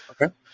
Okay